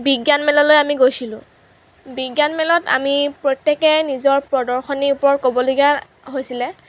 বিজ্ঞান মেললৈ আমি গৈছিলোঁ বিজ্ঞান মেলত আমি প্ৰত্যেকেই নিজৰ প্ৰদৰ্শনীৰ ওপৰত ক'বলগীয়া হৈছিলে